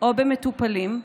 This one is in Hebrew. או במטופלים,